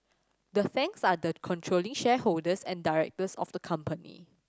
the Tangs are the controlling shareholders and directors of the company